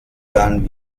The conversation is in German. dann